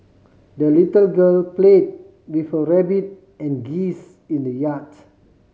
the little girl play with her rabbit and geese in the yard